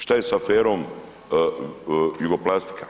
Što je sa aferom Jugoplastika?